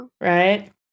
Right